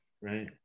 right